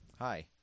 Hi